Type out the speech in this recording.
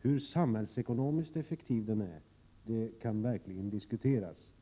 Hur samhällsekonomiskt effektiv den är kan verkligen diskuteras.